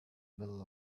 middle